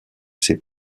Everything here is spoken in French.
ses